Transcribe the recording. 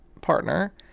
partner